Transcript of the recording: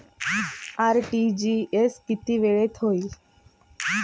RTGS किती वेळात होईल?